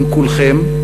עם כולכם,